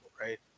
right